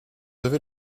avez